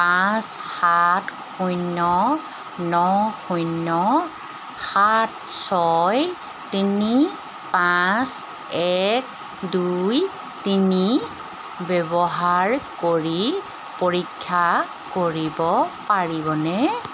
পাঁচ সাত শূন্য ন শূন্য সাত ছয় তিনি পাঁচ এক দুই তিনি ব্যৱহাৰ কৰি পৰীক্ষা কৰিব পাৰিবনে